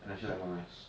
and I feel like not nice